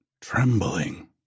Trembling